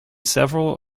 several